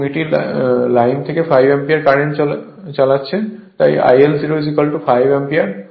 এবং এটি লাইন থেকে 5 অ্যাম্পিয়ার কারেন্ট চালাচ্ছে তাই IL 0 5 অ্যাম্পিয়ার